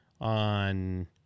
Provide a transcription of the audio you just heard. on